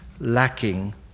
lacking